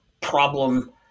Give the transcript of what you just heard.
problem